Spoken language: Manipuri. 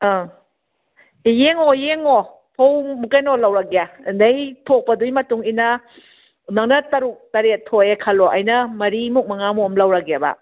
ꯑꯪ ꯌꯦꯡꯉꯣ ꯌꯦꯡꯉꯣ ꯐꯧ ꯀꯩꯅꯣ ꯂꯧꯔꯒꯦ ꯑꯗꯩ ꯊꯣꯛꯄꯗꯨꯏ ꯃꯇꯨꯡꯏꯟꯅ ꯃꯉꯥ ꯇꯔꯨꯛ ꯇꯔꯦꯠ ꯊꯣꯛꯑꯦ ꯈꯜꯂꯣ ꯑꯩꯅ ꯃꯔꯤꯃꯨꯛ ꯃꯉꯥꯃꯨꯛ ꯑꯃ ꯂꯧꯔꯒꯦꯕ